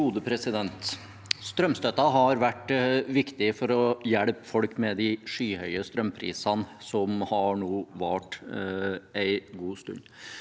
Strømstøtten har vært viktig for å hjelpe folk med de skyhøye strømprisene som nå har vart en god stund.